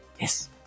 Yes